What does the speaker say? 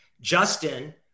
Justin